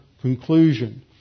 conclusion